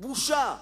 בושה.